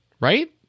Right